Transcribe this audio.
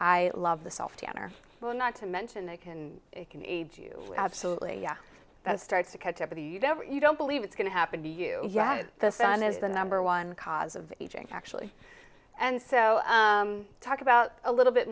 i love the self to enter well not to mention it can can age you absolutely that starts to catch up with you you never you don't believe it's going to happen to you yet the sun is the number one cause of aging actually and so talk about a little bit